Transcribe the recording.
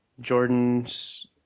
Jordan's